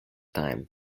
time